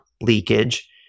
leakage